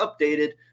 updated